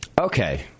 Okay